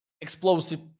explosive